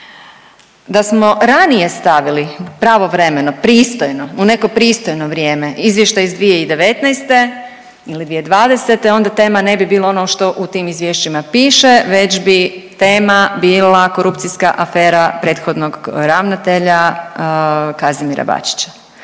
da smo ranije stavili pravovremeno pristojno, u neko pristojno vrijeme Izvještaj iz 2019. ili 2020., onda tema ne bi bila ono što u tim izvješćima piše već bi tema bila korupcijska afera prethodnog ravnatelja Kazimira Bačića,